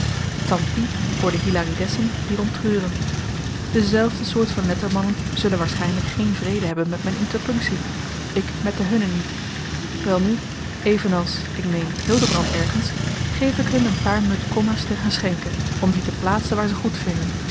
voor de hilaridessen die er om treuren dezelfde soort van lettermannen zullen waarschynlyk geen vrede hebben met m'n interpunktie ik met de hunne niet welnu evenals ik meen hildebrand ergens geef ik hun een paar mud komma's ten geschenke om die te plaatsen waar ze